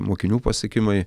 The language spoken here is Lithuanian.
mokinių pasiekimai